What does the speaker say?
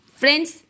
friends